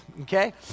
Okay